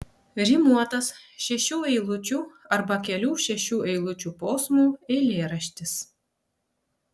rimuotas šešių eilučių arba kelių šešių eilučių posmų eilėraštis